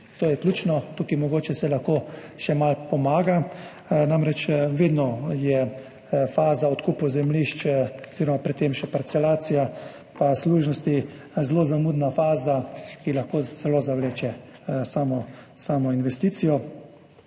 To je ključno, tukaj se mogoče lahko še malo pomaga. Namreč, vedno je faza odkupov zemljišč, oziroma pred tem še parcelacija pa služnosti, zelo zamudna faza, ki lahko celo zavleče samo investicijo.